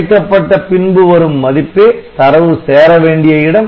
குறைக்கப்பட்ட பின்பு வரும் மதிப்பே தரவு சேர வேண்டிய இடம்